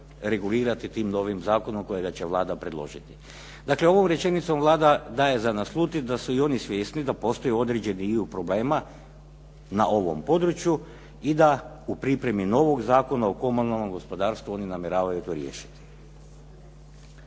regulirati tim novim zakonom kojega će Vlada predložiti. Dakle, ovom rečenicom Vlada daje za naslutiti da su i oni svjesni da postoji određeni dio problema na ovom području i da u pripremi novog Zakona o komunalnom gospodarstvu oni namjeravaju to riješiti.